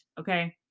okay